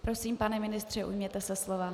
Prosím, pane ministře, ujměte se slova.